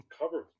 cover